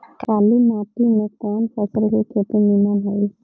काली माटी में कवन फसल के खेती नीमन होई?